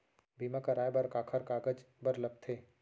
बीमा कराय बर काखर कागज बर लगथे?